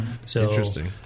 Interesting